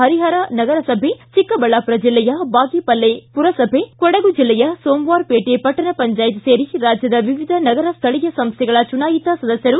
ಹರಿಹರ ನಗರಸಭೆ ಚಿಕ್ಕಬಳ್ಳಾಪುರ ಜಿಲ್ಲೆಯ ಬಾಗೇಪಲ್ಲಿ ಪುರಸಭೆ ಕೊಡಗು ಜಿಲ್ಲೆ ಸೋಮವಾರಪೇಟೆ ಪಟ್ಟಣ ಪಂಚಾಯತ್ ಸೇರಿ ರಾಜ್ಯದ ವಿವಿಧ ನಗರ ಸ್ಥಳೀಯ ಸಂಸ್ಥೆಗಳ ಚುನಾಯಿತ ಸದಸ್ಯರು